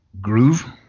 groove